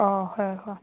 ꯑꯥ ꯍꯣꯏ ꯍꯣꯏ